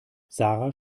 sara